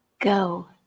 Go